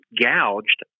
gouged